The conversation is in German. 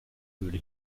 höhle